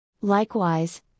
Likewise